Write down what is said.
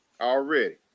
Already